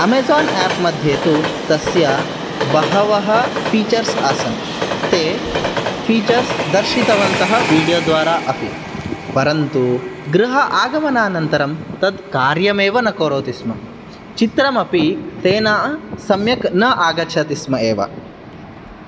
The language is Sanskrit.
अमेझान् आप् मध्ये तु तस्य बहवः फीचर्स् आसन् ते फीचर्स् दर्शितवन्तः वीडियो द्वारा अपि परन्तु गृह आगमनानन्तरं तत् कार्यमेव न करोन्ति स्म चित्रम् अपि तेन सम्यक् न आगच्छति स्म एव